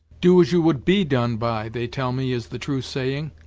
do as you would be done by they tell me, is the true saying,